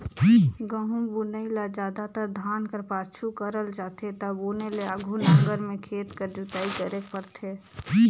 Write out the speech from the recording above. गहूँ बुनई ल जादातर धान कर पाछू करल जाथे ता बुने ले आघु नांगर में खेत कर जोताई करेक परथे